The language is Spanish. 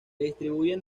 distribuyen